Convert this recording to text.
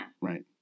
Right